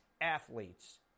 athletes